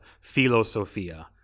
philosophia